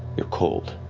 you're cold,